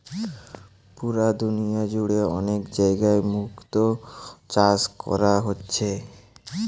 পুরা দুনিয়া জুড়ে অনেক জাগায় মুক্তো চাষ কোরা হচ্ছে